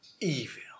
Evil